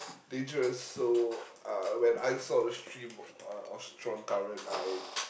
dangerous so uh when I saw the stream of of strong current I